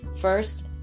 First